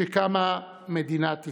כשקמה מדינת ישראל,